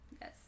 Yes